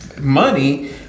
money